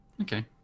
Okay